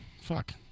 fuck